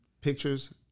pictures